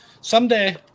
Someday